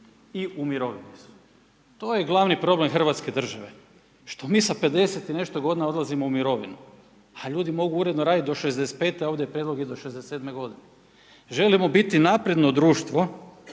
i u mirovini su. To je glavni problem Hrvatske države što mi sa 50 i nešto godina odlazimo u mirovinu a ljudi mogu uredno raditi do 65 a ovdje je prijedlog i do 67 godine. Želimo bit napredno društvo